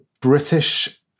British